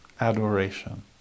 Adoration